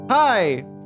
Hi